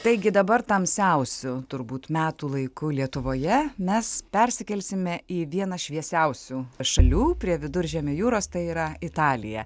taigi dabar tamsiausiu turbūt metų laiku lietuvoje mes persikelsime į vieną šviesiausių šalių prie viduržemio jūros tai yra italija